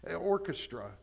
orchestra